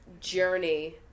Journey